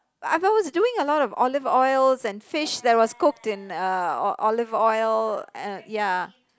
but I was doing a lot of olive oils and fish that was cooked in uh olive oil uh ya